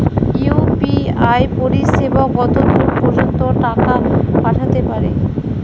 UPI পরিসেবা কতদূর পর্জন্ত টাকা পাঠাতে পারি?